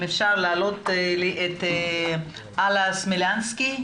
אם אפשר להעלות את אלה סמלנסקי.